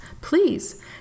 please